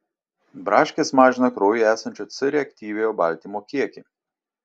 braškės mažina kraujyje esančio c reaktyviojo baltymo kiekį